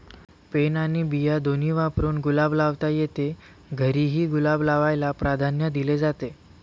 pen आणि बिया दोन्ही वापरून गुलाब लावता येतो, घरीही गुलाब लावायला प्राधान्य दिले जाते